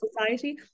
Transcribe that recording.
society